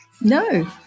No